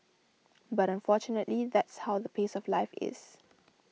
but unfortunately that's how the pace of life is